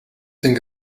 think